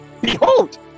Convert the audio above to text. Behold